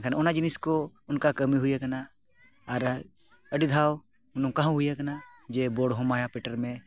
ᱮᱱᱠᱷᱟᱱ ᱚᱱᱟ ᱡᱤᱱᱤᱥ ᱠᱚ ᱚᱱᱠᱟ ᱠᱟᱹᱢᱤ ᱦᱩᱭ ᱟᱠᱟᱱᱟ ᱟᱨ ᱟᱹᱰᱤ ᱫᱷᱟᱣ ᱱᱚᱝᱠᱟ ᱦᱚᱸ ᱦᱩᱭ ᱟᱠᱟᱱᱟ ᱡᱮ ᱵᱚᱲ ᱦᱚᱸ ᱢᱟᱭᱟ ᱯᱮᱴᱮᱨ ᱢᱮ